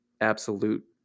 absolute –